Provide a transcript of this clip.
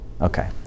Okay